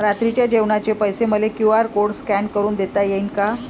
रात्रीच्या जेवणाचे पैसे मले क्यू.आर कोड स्कॅन करून देता येईन का?